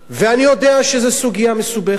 ואני יודע שזו סוגיה מסובכת,